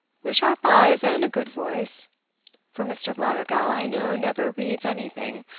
with sharp eyes and a good voice for mr. blattergowl, i know, never reads anything,